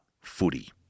footy